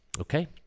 Okay